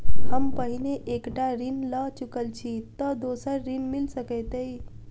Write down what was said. हम पहिने एक टा ऋण लअ चुकल छी तऽ दोसर ऋण मिल सकैत अई?